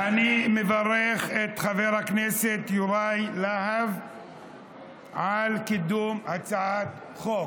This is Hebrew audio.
אני מברך את חבר הכנסת יוראי להב על קידום הצעת החוק.